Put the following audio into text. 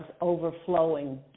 overflowing